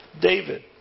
David